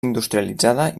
industrialitzada